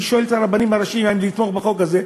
אני שואל את הרבנים הראשיים האם לתמוך בחוק הזה,